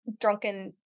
drunken